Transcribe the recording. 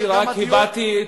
רק הבעתי,